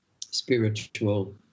spiritual